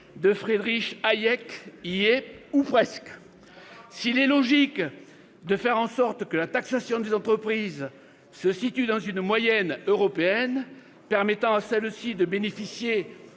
de Friedrich Hayek y est, ou presque ! Et Karl Marx ?... S'il est logique de faire en sorte que la taxation des entreprises se situe dans une moyenne européenne, permettant à celles-ci de bénéficier